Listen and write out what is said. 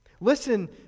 Listen